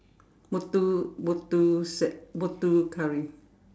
Muthu Muthu set Muthu curry